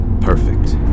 perfect